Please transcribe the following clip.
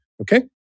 Okay